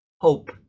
hope